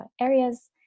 areas